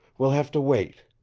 we'll have to wait.